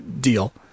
deal